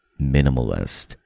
Minimalist